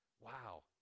Wow